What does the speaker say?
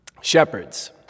shepherds